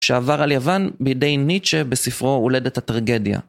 שעבר על יוון בידי ניטשה בספרו הולדת הטרגדיה.